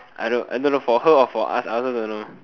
I don't I don't know for her and for us I also don't know